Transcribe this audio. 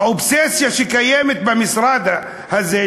האובססיה שקיימת במשרד הזה,